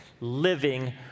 living